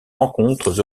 rencontres